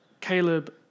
Caleb